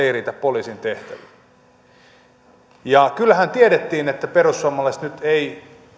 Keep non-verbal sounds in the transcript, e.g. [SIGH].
[UNINTELLIGIBLE] ei riitä poliisin tehtäviin ja kyllähän tiedettiin että perussuomalaiset nyt ei